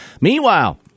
Meanwhile